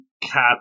cat